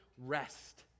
rest